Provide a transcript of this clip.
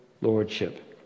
lordship